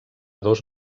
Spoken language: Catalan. dos